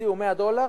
יציעו 100 דולר,